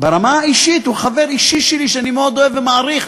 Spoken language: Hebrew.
ברמה האישית הוא חבר אישי שלי שאני מאוד אוהב ומעריך,